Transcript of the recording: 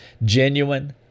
Genuine